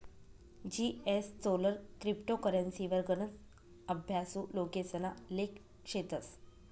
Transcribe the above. जीएसचोलर क्रिप्टो करेंसीवर गनच अभ्यासु लोकेसना लेख शेतस